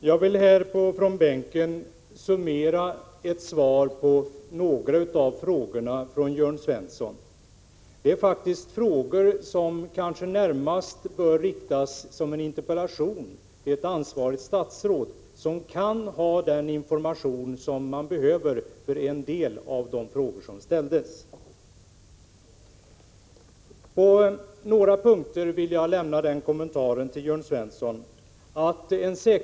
Herr talman! Jag vill här från bänken summera ett svar på några av frågorna från Jörn Svensson. Det är faktiskt frågor som kanske närmast bör riktas i form av en interpellation till ett ansvarigt statsråd som kan ha den information som man behöver för en del av de frågor som ställdes. På följande punkter vill jag lämna en kommentar till Jörn Svensson.